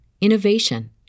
innovation